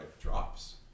drops